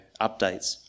updates